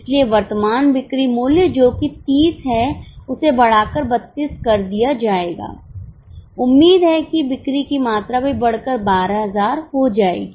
इसलिए वर्तमान बिक्री मूल्य जो कि 30 है उसे बढ़ाकर 32 कर दिया जाएगा उम्मीद है कि बिक्री की मात्रा भी बढ़कर 12000 हो जाएगी